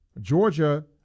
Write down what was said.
Georgia